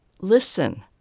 listen